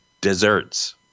desserts